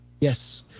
Yes